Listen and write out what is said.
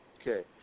Okay